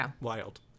wild